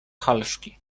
halszki